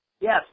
Yes